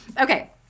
Okay